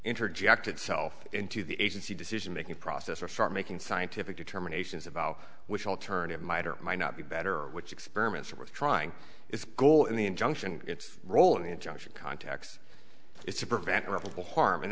interject itself into the agency decision making process or start making scientific determinations about which alternative might or might not be better or which experiments are worth trying its goal in the injunction its role in the injunction contacts it's a preventable harm and